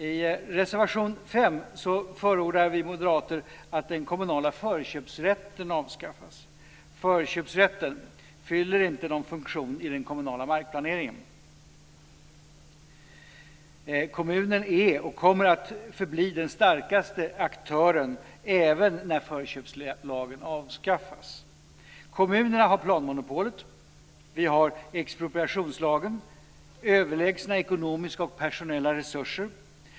I reservation 5 förordar vi moderater att den kommunala förköpsrätten avskaffas. Förköpsrätten fyller inte någon funktion i den kommunala markplaneringen. Kommunen är och kommer att förbli den starkaste aktören även när förköpslagen avskaffas. Kommunerna har planmonopolet, expropriationslagen och överlägsna ekonomiska och personella resurser.